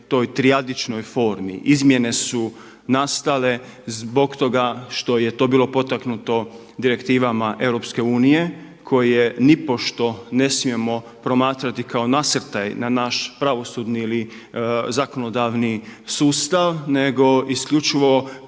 toj trijadičnoj formi. Izmjene su nastale zbog toga što je to bilo potaknuto direktivama EU, koji je nipošto ne smijemo promatrati kao nasrtaj na naš pravosudni ili zakonodavni sustav nego isključivo